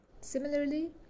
Similarly